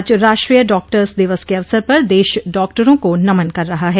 आज राष्ट्रीय डॉक्टर्स दिवस के अवसर पर देश डॉक्टरों को नमन कर रहा है